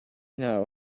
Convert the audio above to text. now